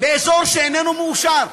באזור שאיננו מאושר.